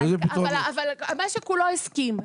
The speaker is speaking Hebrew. אבל המשק כולו הסכים.